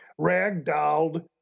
ragdolled